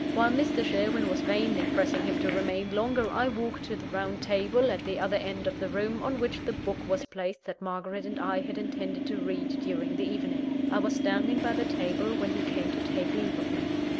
while mr. sherwin was vainly pressing him to remain longer, i walked to the round table at the other end of the room, on which the book was placed that margaret and i had intended to read during the evening. i was standing by the table when he came to take leave of me.